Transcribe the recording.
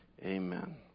Amen